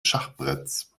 schachbretts